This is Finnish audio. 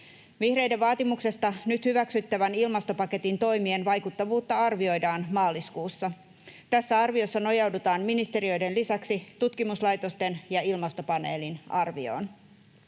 Vihreiden vaatimuksesta nyt hyväksyttävän ilmastopaketin toimien vaikuttavuutta arvioidaan maaliskuussa. Tässä arviossa nojaudutaan ministeriöiden lisäksi tutkimuslaitosten ja ilmastopaneelin arvioon.